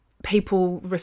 People